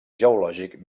geològic